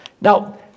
Now